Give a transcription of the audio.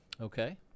Okay